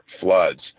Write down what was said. floods